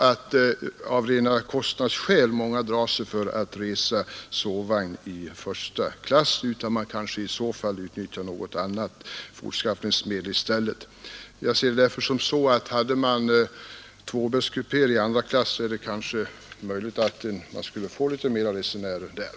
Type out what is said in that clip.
Av kostnadsskäl drar sig en del för att åka sovvagn i första klass. I så fall utnyttjar man kanske i stället något annat fortskaffningsmedel. Om det funnits tvåbäddskupéer i andra klass, hade SJ kanske haft möjlighet att få flera resenärer där.